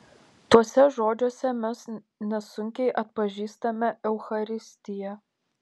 tuose žodžiuose mes nesunkiai atpažįstame eucharistiją